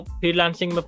freelancing